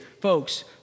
folks